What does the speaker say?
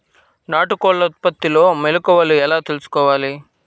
నాటుకోళ్ల ఉత్పత్తిలో మెలుకువలు ఎలా తెలుసుకోవాలి?